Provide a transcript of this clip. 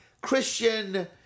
Christian